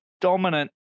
dominant